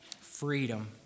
Freedom